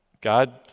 God